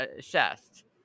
chest